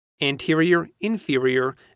anterior-inferior